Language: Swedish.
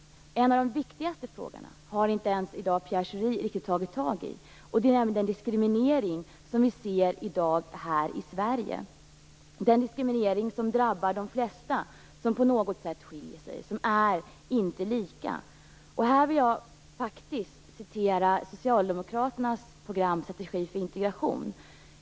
Men en av de viktigaste frågorna har inte ens Pierre Schori tagit tag i, och det gäller den diskriminering som vi ser i dag här i Sverige, en diskriminering som drabbar de flesta som på något sätt skiljer sig och som inte är lika. Här vill jag läsa upp en mening ur socialdemokraternas program Strategi för integration.